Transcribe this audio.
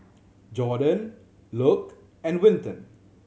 Jordon Luc and Winton